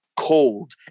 cold